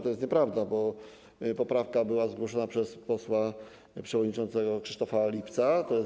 To jest nieprawda, bo poprawka była zgłoszona przez posła przewodniczącego Krzysztofa Lipca, tj.